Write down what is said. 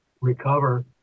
recover